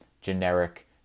generic